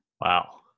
Wow